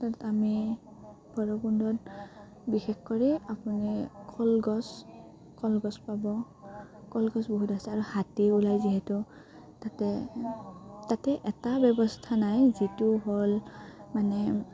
তাত আমি ভৈৰৱকুণ্ডত বিশেষ কৰি আপুনি কলগছ কলগছ পাব কলগছ বহুত আছে আৰু হাতী ওলাই যিহেতু তাতে তাতে এটা ব্যৱস্থা নাই যিটো হ'ল মানে